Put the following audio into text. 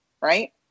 right